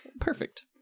Perfect